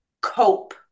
cope